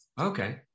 Okay